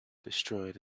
destroyed